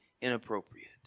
inappropriate